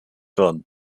werden